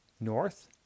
north